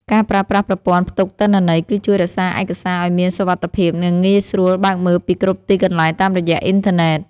ការប្រើប្រាស់ប្រព័ន្ធផ្ទុកទិន្នន័យ គឺជួយរក្សាឯកសារឱ្យមានសុវត្ថិភាព និងងាយស្រួលបើកមើលពីគ្រប់ទីកន្លែងតាមរយៈអ៊ីនធឺណិត។